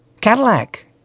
Cadillac